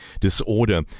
disorder